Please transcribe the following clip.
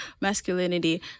masculinity